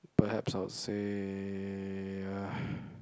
perhaps I would say uh